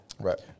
right